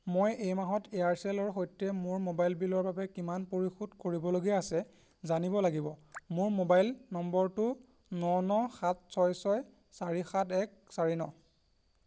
মই এই মাহত এয়াৰচেলৰ সৈতে মোৰ মোবাইল বিলৰ বাবে কিমান পৰিশোধ কৰিবলগীয়া আছে জানিব লাগিব মোৰ মোবাইল নম্বৰটো ন ন সাত ছয় ছয় চাৰি সাত এক চাৰি ন